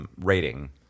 rating